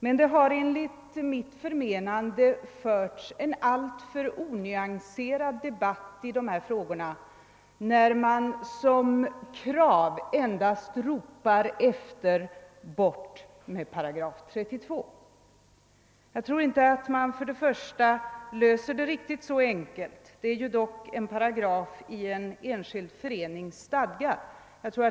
Men det har förts en alltför onyanserad debatt i dessa frågor, när man som krav endast ropar: »Bort med 8 321» Jag tror inte att man löser det riktigt så enkelt. Det gäller dock en paragraf i en särskild förenings stadgar.